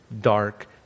dark